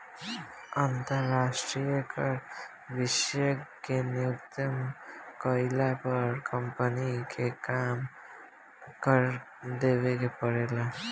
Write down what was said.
अंतरास्ट्रीय कर विशेषज्ञ के नियुक्ति कईला पर कम्पनी के कम कर देवे के परेला